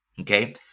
Okay